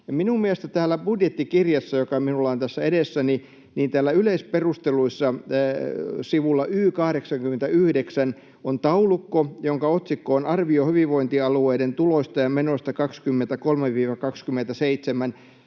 Ja täällä budjettikirjassa, joka minulla on tässä edessäni, on yleisperusteluissa sivulla Y81 taulukko, jonka otsikko on ”Arvio hyvinvointialueiden tuloista ja menoista 2023—2027”.